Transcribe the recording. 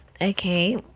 Okay